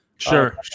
Sure